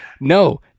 No